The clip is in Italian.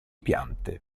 piante